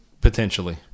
Potentially